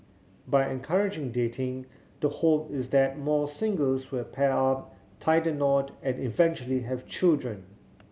by encouraging dating the hope is that more singles will pair up tie the knot and eventually have children